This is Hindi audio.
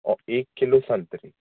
औ एक किलो संतरे